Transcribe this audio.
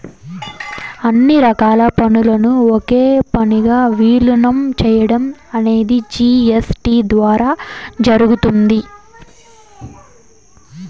అన్ని రకాల పన్నులను ఒకే పన్నుగా విలీనం చేయడం అనేది జీ.ఎస్.టీ ద్వారా జరిగింది